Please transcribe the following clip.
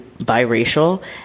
biracial